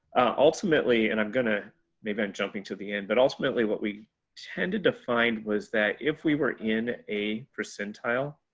ultimately and i'm gonna. maybe i'm jumping to the end, but ultimately what we tended to find was that if we were in a percentile.